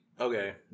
okay